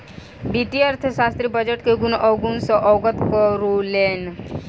वित्तीय अर्थशास्त्री बजट के गुण अवगुण सॅ अवगत करौलैन